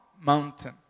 mountain